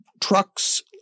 trucks